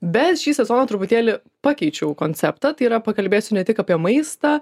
bet šį sezoną truputėlį pakeičiau konceptą tai yra pakalbėsiu ne tik apie maistą